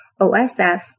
OSF